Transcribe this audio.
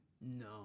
No